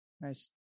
nice